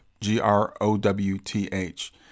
G-R-O-W-T-H